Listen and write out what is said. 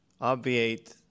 obviate